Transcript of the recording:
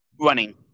running